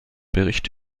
bericht